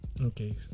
Okay